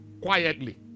quietly